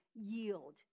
yield